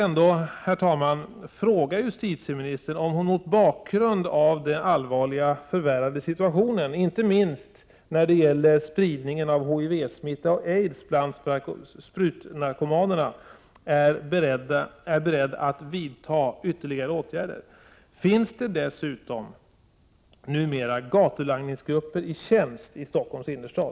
Jag vill fråga justitieministern om hon mot bakgrund av den allvarligt förvärrade situationen, inte minst när det gäller spridningen av HIV-smitta och aids bland sprutnarkomanerna, är beredd att vidta ytterligare åtgärder? Finns det numera gatulangningsgrupper i tjänst i Stockholms innerstad?